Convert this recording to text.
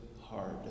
hard